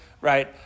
right